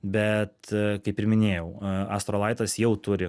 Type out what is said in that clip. bet kaip ir minėjau astrolaitas jau turi